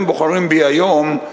אתם בוחרים בי היום,